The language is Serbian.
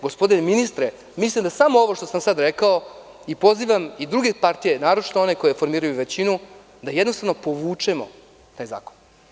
Gospodine ministre, mislim da samo ovo što sam sada rekao, i pozivam druge partije, naročito one koje formiraju većinu, da jednostavno povučemo taj zakon.